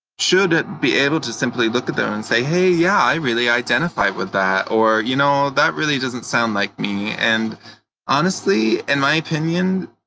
should be able to simply look at them and say, hey, yeah, i really identify with that, or, you know, that really doesn't sound like me. and honestly, in my opinion,